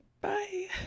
bye